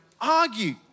argue